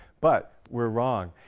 but we're wrong.